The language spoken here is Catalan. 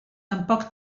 tampoc